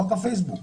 חוק הפייסבוק.